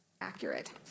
Accurate